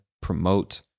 promote